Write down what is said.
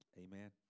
Amen